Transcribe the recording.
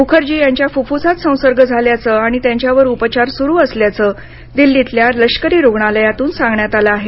मुखर्जी यांच्या फुप्फुसात संसर्ग झाल्याचं आणि त्यांच्यावर उपचार सुरू असल्याचं दिल्लीतल्या लष्करी रुग्णालयातून सांगण्यात आलं आहे